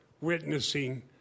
witnessing